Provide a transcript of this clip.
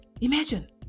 Imagine